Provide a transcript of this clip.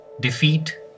Defeat